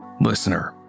Listener